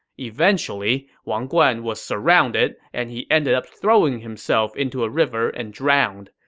eventually, wang guan was surrounded, and he ended up throwing himself into a river and drowned.